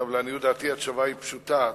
לעניות דעתי, התשובה היא פשוטה.